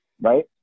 right